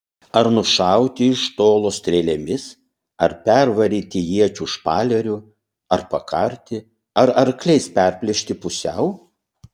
ar nušauti iš tolo strėlėmis ar pervaryti iečių špaleriu ar pakarti ar akliais perplėšti pusiau